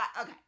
Okay